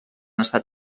estat